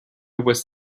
was